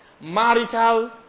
marital